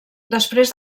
després